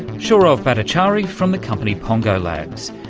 shourov bhattacharya from the company pongo labs.